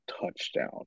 touchdown